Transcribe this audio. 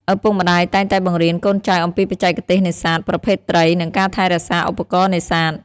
ឪពុកម្តាយតែងតែបង្រៀនកូនចៅអំពីបច្ចេកទេសនេសាទ ប្រភេទត្រី និងការថែរក្សាឧបករណ៍នេសាទ។